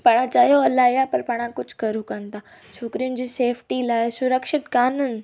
पाणि चयो इलाही आहे पर पाणि कुझु करूं कान था छोकिरियुनि जी सेफ़्टी लाइ सुरक्षित कान्हनि